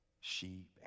Sheep